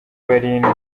barindwi